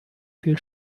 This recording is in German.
viel